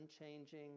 unchanging